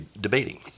debating